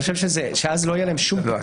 אני חושב שאז לא יהיה להם שום --- לא,